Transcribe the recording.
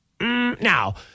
Now